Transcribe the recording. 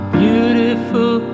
beautiful